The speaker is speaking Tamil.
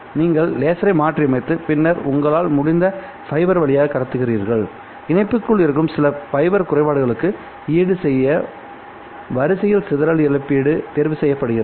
நீங்கள் லேசரை மாற்றியமைத்து பின்னர் உங்களால் முடிந்த ஃபைபர் வழியாக கடத்துகிறீர்கள் இணைப்பிற்குள் இருக்கும் சில ஃபைபர் குறைபாடுகளுக்கு ஈடுசெய்ய வரிசையில் சிதறல் இழப்பீடு தேர்வு செய்யப்படுகிறது